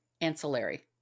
ancillary